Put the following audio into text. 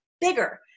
bigger